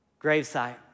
gravesite